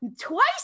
twice